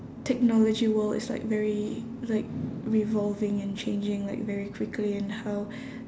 technology world is like very like revolving and changing like very quickly and how